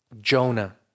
Jonah